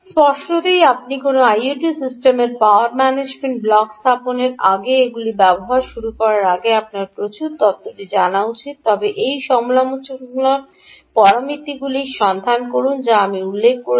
স্পষ্টতই আপনি কোনও আইওটি সিস্টেমের পাওয়ার ম্যানেজমেন্ট ব্লক স্থাপনের আগে এগুলি ব্যবহার শুরু করার আগে আপনার প্রচুর তত্ত্বটি জানা উচিত তবে এই সমালোচনামূলক পরামিতিগুলি সন্ধান করুন যা আমি উল্লেখ করেছি